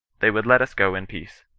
they would let us go in peace.